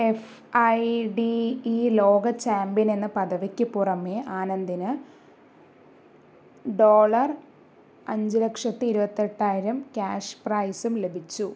F I D E ലോക champion എന്ന പദവിക്ക് പുറമേ ആനന്ദിന് ഡോളർ അഞ്ച് ലക്ഷത്തി ഇരുവത്തെട്ടായിരം ക്യാഷ് പ്രൈസും ലഭിച്ചു